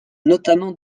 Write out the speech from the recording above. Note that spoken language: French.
notamment